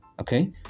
okay